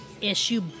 issue